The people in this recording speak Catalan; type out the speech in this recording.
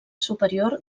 superior